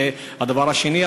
זה הדבר השני.